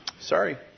Sorry